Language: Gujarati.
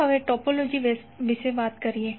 ચાલો હવે ટોપોલોજી વિશે વાત કરીએ